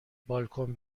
بالکن